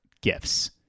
gifts